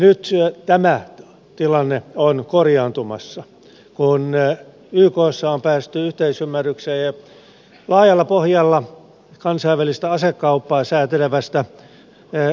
nyt tämä tilanne on korjaantumassa kun ykssa on päästy yhteisymmärrykseen laajalla pohjalla kansainvälistä asekauppaa säätelevästä sopimuksesta